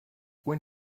when